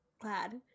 glad